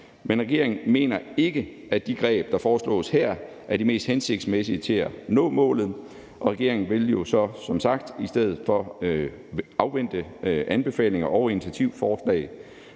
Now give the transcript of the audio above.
men regeringen mener ikke, at de greb, der foreslås her, er de mest hensigtsmæssige til at nå målet. Regeringen vil jo så som sagt i stedet for afvente anbefalinger og initiativforslag